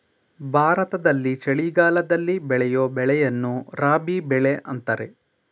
ಭಾರತದಲ್ಲಿ ಚಳಿಗಾಲದಲ್ಲಿ ಬೆಳೆಯೂ ಬೆಳೆಯನ್ನು ರಾಬಿ ಬೆಳೆ ಅಂತರೆ